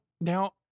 now